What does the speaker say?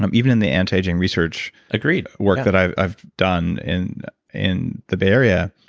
um even in the anti-aging research. agreed. work that i've i've done in in the bay area,